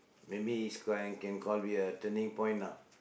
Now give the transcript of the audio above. maybe it's called uh can called be a turning point lah